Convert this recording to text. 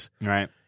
Right